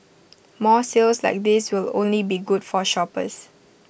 more sales like these will only be good for shoppers